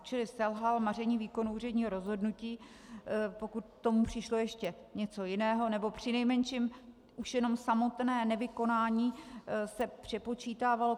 Čili selhal, maření výkonu úředního rozhodnutí, pokud k tomu přišlo ještě něco jiné, nebo přinejmenším už jenom samotné nevykonání se přepočítávalo.